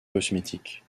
cosmétiques